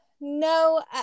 no